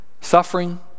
suffering